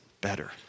better